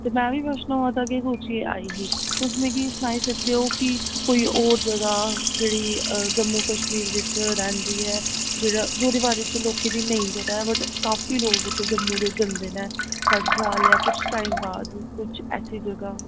ते में बी वैश्नो माता गै सोचियै आई ही तुस मिगी सनाई सकदे ओ कि कोई होर जगह् जेह्ड़ी जम्मू कश्मीर बिच्च रौहन्दी ऐ जेह्ड़ा जेह्दे बारे च लोकें गी नेईं पता ऐ बट काफी लोक उत्थें जम्मू दे जंदे ने हर साल जां कुछ टाइम बाद कुछ ऐसे जगह्